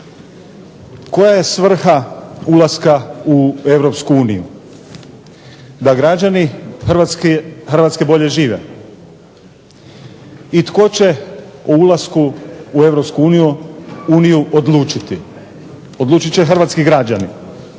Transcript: Koja je svrha ulaska u Europsku uniju, da građani Hrvatske bolje žive, i tko će u ulasku u Europsku uniju odlučiti. Odlučit će hrvatski građani.